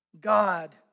God